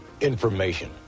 information